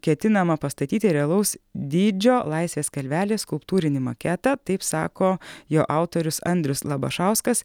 ketinama pastatyti realaus dydžio laisvės kalvelės skulptūrinį maketą taip sako jo autorius andrius labašauskas